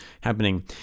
happening